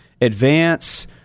advance